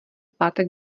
pátek